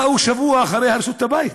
באו שבוע אחרי, הרסו את הבית.